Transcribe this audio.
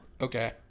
Okay